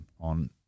on –